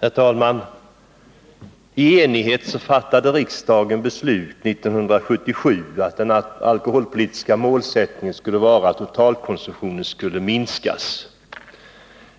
Herr talman! I enighet fattade riksdagen 1977 beslut om att den alkoholpolitiska målsättningen skulle vara att minska totalkonsumtionen.